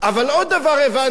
אבל עוד דבר הבנתי,